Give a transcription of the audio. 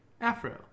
Afro